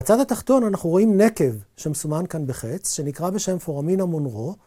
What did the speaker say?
בצד התחתון אנחנו רואים נקב שמסומן כאן בחץ שנקרא בשם פורמין המונרו.